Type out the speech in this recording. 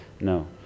no